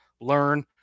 learn